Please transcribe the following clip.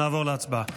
נעבור להצבעה.